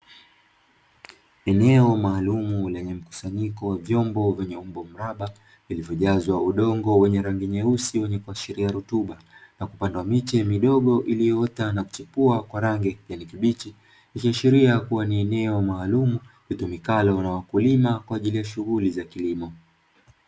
Eneo maalumu lenye mkusanyiko wa vyombo vyenye ubora vilivyojazwa udongo wenye rangi nyeusi wenye kuashiria rutuba na kupanda miti midogo iliyoota na kuchipua kwa rangi ya kijani kibichi. Ikiashiria kuwa ni eneo maalumu litumikalo na wakulima kwa ajili ya shughuli za kilimo.